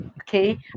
okay